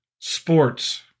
Sports